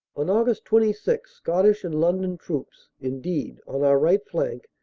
on aug. twenty six scottish and london troops, indeed, on our right flank,